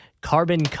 Carbon